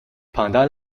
pendant